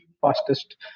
fastest